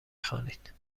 خوانید